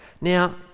Now